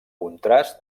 contrast